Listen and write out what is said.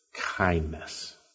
kindness